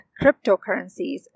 cryptocurrencies